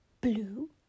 blue